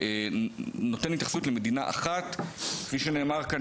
נותן התייחסות למדינה אחת כפי שנאמר כאן.